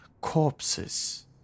corpses